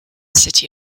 city